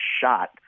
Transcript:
shot